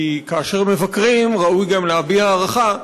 כי כאשר מבקרים ראוי גם להביע הערכה,